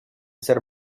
ser